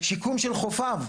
שיקום של חופיו.